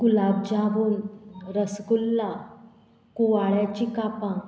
गुलाब जामून रसगुल्ला कुवाळ्याचीं कापां